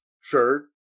Sure